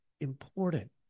important